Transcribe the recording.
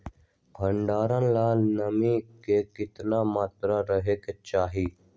भंडारण ला नामी के केतना मात्रा राहेके चाही?